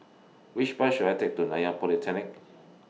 Which Bus should I Take to Nanyang Polytechnic